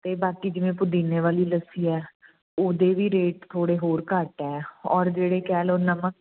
ਅਤੇ ਬਾਕੀ ਜਿਵੇਂ ਪੁਦੀਨੇ ਵਾਲੀ ਲੱਸੀ ਹੈ ਉਹਦੇ ਵੀ ਰੇਟ ਥੋੜ੍ਹੇ ਹੋਰ ਘੱਟ ਹੈ ਔਰ ਜਿਹੜੇ ਕਹਿ ਲਓ ਨਮਕ